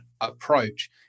approach